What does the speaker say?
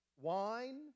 Wine